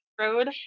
road